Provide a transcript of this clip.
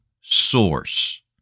source